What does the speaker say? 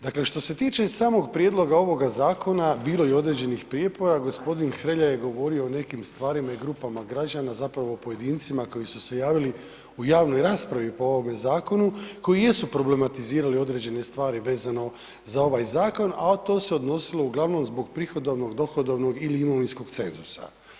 Dakle, što se tiče samog prijedloga ovog zakona bilo je određenih prijepora, gospodin Hrelja je govorio o nekim stvarima i grupama građana, zapravo o pojedincima koji su se javili u javnoj raspravi po ovome zakonu koji jesu problematizirali određene stvari vezano za ovaj zakon, a to se odnosilo uglavnom zbog prihodovnog, dohodovnog ili imovinskog cenzusa.